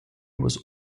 was